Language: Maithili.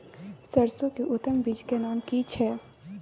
सरसो के उत्तम बीज के नाम की छै?